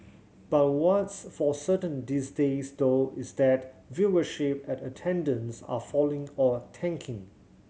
but what's for certain these days though is that viewership and attendance are falling or tanking